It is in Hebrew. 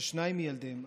ששניים מילדיהם,